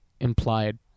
implied